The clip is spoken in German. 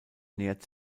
nähert